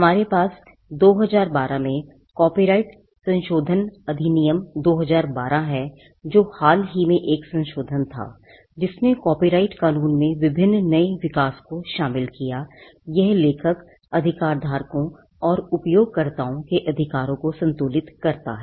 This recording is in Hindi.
हमारे पास 2012 में कॉपीराइट संशोधन अधिनियम 2012 है जो हाल ही में एक संशोधन था जिसने कॉपीराइट कानून में विभिन्न नए विकास को शामिल किया यह लेखक अधिकारधारकों और उपयोगकर्ताओं के अधिकारों को संतुलित करता है